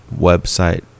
website